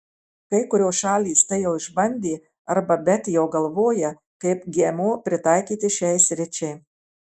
kai kurios šalys tai jau išbandė arba bet jau galvoja kaip gmo pritaikyti šiai sričiai